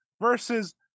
versus